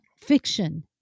fiction